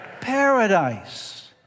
paradise